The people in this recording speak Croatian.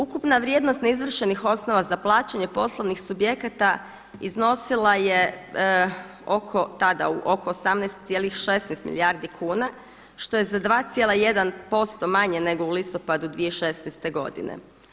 Ukupna vrijednost neizvršenih osnova za plaćanje poslovnih subjekata iznosila je oko, tada oko 18,16 milijardi kuna što je 2,1% manje nego u listopadu 2016. godine.